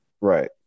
Right